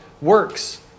works